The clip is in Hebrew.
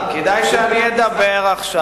כדאי שאני אדבר עכשיו.